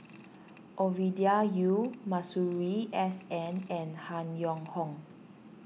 Ovidia Yu Masuri S N and Han Yong Hong